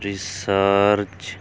research